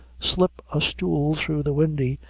slip a stool through the windy,